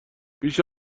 بیش